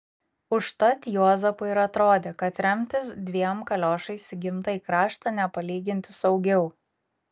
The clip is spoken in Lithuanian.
užtat juozapui ir atrodė kad remtis dviem kaliošais į gimtąjį kraštą nepalyginti saugiau